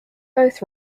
both